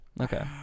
Okay